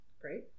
Great